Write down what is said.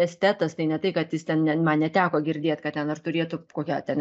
estetas tai ne tai kad jis ten ne man neteko girdėt kad ten ar turėtų kokią ten